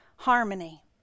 Harmony